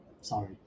sorry